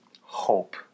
Hope